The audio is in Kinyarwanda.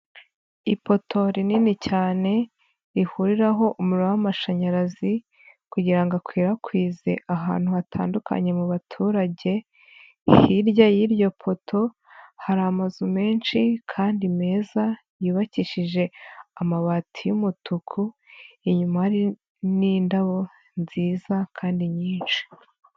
Ipoto rinini cyane rihuriraho umuriro w'amashanyarazi kugira ngo akwirakwize ahantu hatandukanye mu baturage, hirya y'iryo poto hari amazu menshi kandi meza yubakishije amabati y'umutuku, inyuma hari n'indabo nziza kandi nyinshi.